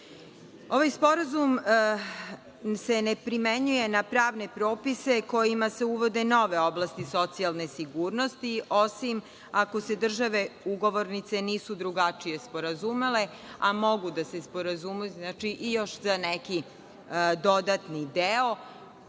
sporazum se ne primenjuje na pravne propise kojima se uvode nove oblasti socijalne sigurnosti, osim ako se države ugovornice nisu drugačije sporazumele, a mogu da se sporazumeju još za neki dodatni deo.